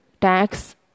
tax